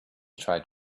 tried